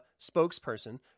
spokesperson